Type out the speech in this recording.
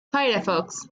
firefox